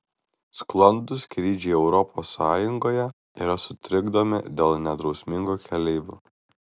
sklandūs skrydžiai europos sąjungoje yra sutrikdomi dėl nedrausmingų keleivių